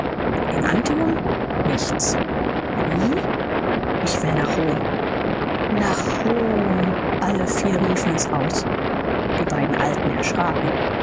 in antium nichts wie ich will nach rom nach rom alle vier riefen es die beiden alten erschraken